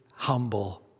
humble